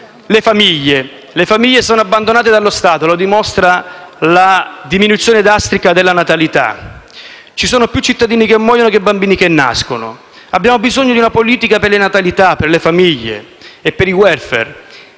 dicendo che le famiglie sono abbandonate dallo Stato: lo dimostra la diminuzione drastica della natalità. Ci sono più cittadini che muoiono che bambini che nascono. Abbiamo bisogno di una politica per la natalità, per le famiglie e il *welfare*.